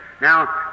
Now